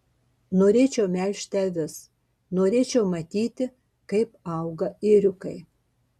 norėčiau melžti avis norėčiau matyti kaip auga ėriukai